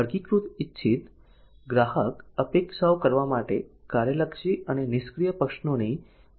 વર્ગીકૃત ઇચ્છિત ગ્રાહક અપેક્ષાઓ કરવા માટે કાર્યલક્ષી અને નિષ્ક્રિય પ્રશ્નો ની જોડી પૂછવામાં આવશે પડે